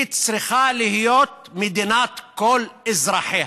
היא צריכה להיות מדינת כל אזרחיה.